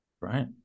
right